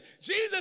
Jesus